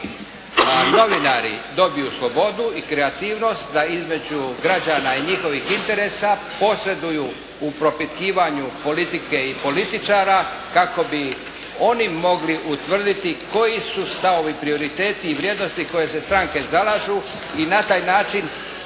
novinari dobiju slobodu i kreativnost da između građana i njihovih interesa posreduju u propitkivanju politike i političara kako bi oni mogli utvrditi koji su stavovi, prioriteti i vrijednosti koje se stranke zalažu i na taj način